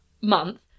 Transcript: month